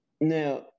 Now